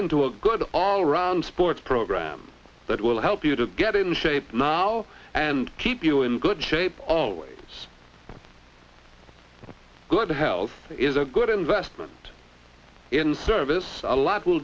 into a good all round sports program that will help you to get in shape and keep you in good shape it's good health is a good investment in service a lot will